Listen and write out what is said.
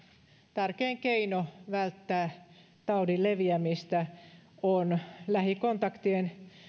tärkein keino välttää taudin leviämistä on lähikontaktien